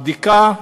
הבדיקה,